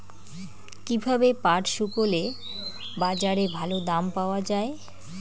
কীভাবে পাট শুকোলে বাজারে ভালো দাম পাওয়া য়ায়?